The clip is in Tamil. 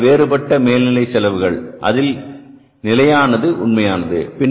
அதனுடைய வேறுபட்ட மேல்நிலை செலவுகள் அதில் நிலையானது உண்மையானது